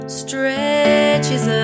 stretches